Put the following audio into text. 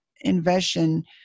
invention